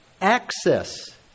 access